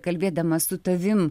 kalbėdama su tavim